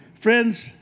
Friends